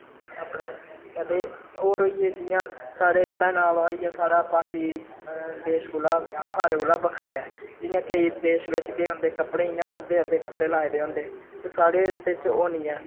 अपने ते होर होई गे जियां स्हाड़े पैहनावा होई गेआ स्हाड़ा बाकी देश कोला सारें कोला बक्खरा ऐ जियां केईं देश बिच्च के होंदे कपड़े इ'यां अद्धे अद्धे कपड़े लाए दे होंदे ते स्हाड़े ते च ओह् नी ऐ